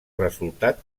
resultat